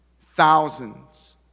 Thousands